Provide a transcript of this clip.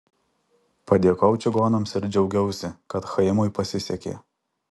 padėkojau čigonams ir džiaugiausi kad chaimui pasisekė